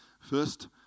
first